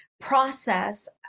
process